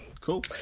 Cool